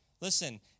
Listen